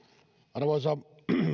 arvoisa